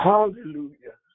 Hallelujah